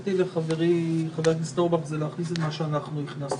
המלצתי לחברי חבר הכנסת אורבך זה להכניס את מה שאנחנו הכנסנו.